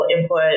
input